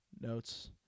notes